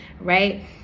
right